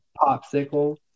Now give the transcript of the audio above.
Popsicle